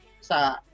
sa